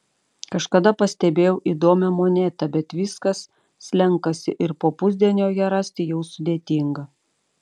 kažkada pastebėjau įdomią monetą bet viskas slenkasi ir po pusdienio ją rasti jau sudėtinga